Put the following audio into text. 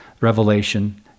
Revelation